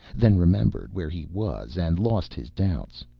then remembered where he was and lost his doubts.